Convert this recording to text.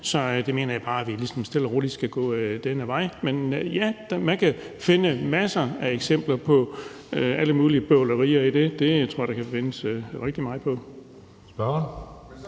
Så jeg mener bare, vi stille og roligt skal gå denne vej. Men ja, man kan finde masser af eksempler på, at der er alle mulige bøvlerier i det. Det tror jeg man kan finde rigtig meget af. Kl.